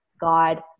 God